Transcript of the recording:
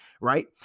right